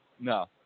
No